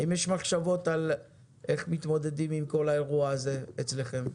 האם יש מחשבות איך מתמודדים עם האירוע הזה אצלכם?